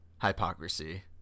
Hypocrisy